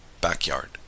backyard